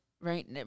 right